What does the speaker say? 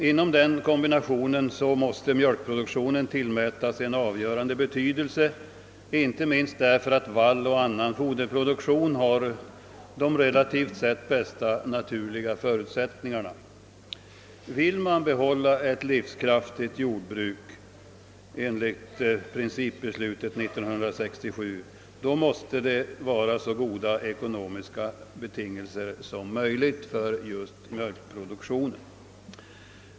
Inom den kombinationen måste mjölkproduktionen tillmätas en avgörande betydelse, inte minst därför att valloch annan foderproduktion har de relativt sett bästa naturliga förutsättningarna i Norrland. Skall det kunna finnas ett livskraftigt jordbruk enligt principbeslutet 1967, måste de ekonomiska betingelserna för just mjölkproduktionen vara så goda som möjligt.